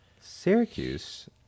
Syracuse